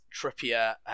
Trippier